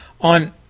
On